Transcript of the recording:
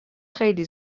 خیلی